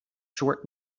short